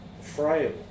frail